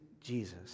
Jesus